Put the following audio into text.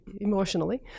emotionally